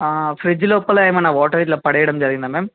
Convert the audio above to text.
fridge లోపల ఏమన్నా water ఇట్లా పడేయడం జరిగిందా మ్యామ్